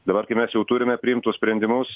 dabar kai mes jau turime priimtus sprendimus